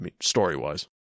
story-wise